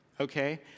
okay